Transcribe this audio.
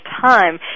time